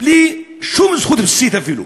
בלי שום זכות בסיסית אפילו.